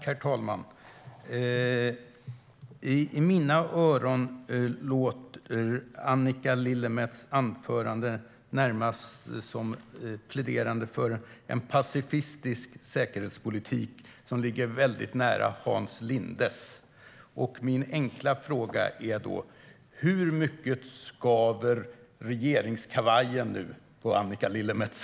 Herr talman! I mina öron låter Annika Lillemets anförande närmast som ett pläderande för en pacifistisk säkerhetspolitik som ligger väldigt nära Hans Lindes. Min enkla fråga är: Hur mycket skaver regeringskavajen nu på Annika Lillemets?